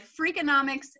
Freakonomics